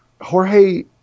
Jorge